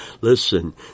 Listen